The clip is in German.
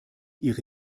ihre